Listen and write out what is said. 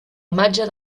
imatge